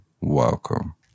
welcome